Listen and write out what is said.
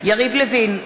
יריב לוין,